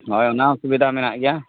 ᱦᱳᱭ ᱚᱱᱟ ᱦᱚᱸ ᱥᱩᱵᱤᱫᱷᱟ ᱢᱮᱱᱟᱜ ᱜᱮᱭᱟ